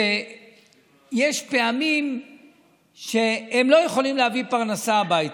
שיש פעמים שהם לא יכולים להביא פרנסה הביתה.